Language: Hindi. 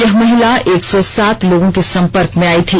यह महिला एक सौ सात लोगों के संपर्क में आई थी